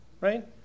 Right